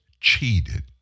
cheated